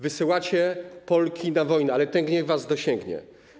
Wysyłacie Polki na wojnę, ale ten gniew was dosięgnie.